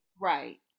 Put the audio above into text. right